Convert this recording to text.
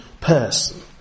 person